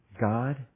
God